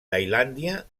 tailàndia